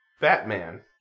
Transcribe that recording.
Batman